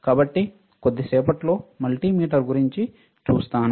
కాబట్టి కొద్దిసేపట్లో మల్టీమీటర్ గురించి చూస్తాము